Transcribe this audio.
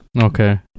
Okay